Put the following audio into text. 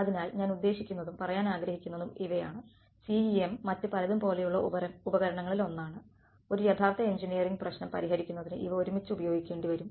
അതിനാൽ ഞാൻ ഉദ്ദേശിക്കുന്നതും പറയാൻ ആഗ്രഹിക്കുന്നതും ഇവയാണ് CEM മറ്റ് പലതും പോലെയുള്ള ഉപകരണങ്ങളിൽ ഒന്നാണ് ഒരു യഥാർത്ഥ എഞ്ചിനീയറിംഗ് പ്രശ്നം പരിഹരിക്കുന്നതിന് ഇവ ഒരുമിച്ച് ഉപയോഗിക്കേണ്ടിവരും